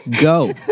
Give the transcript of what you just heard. Go